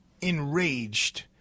enraged